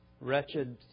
Wretched